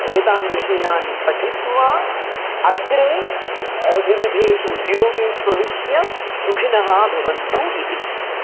एतान् विषयान् पठित्वा अग्रे विविधेषु उद्योगेषु प्रविश्य सुखिनः भवन्तु इति